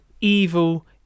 evil